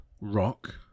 rock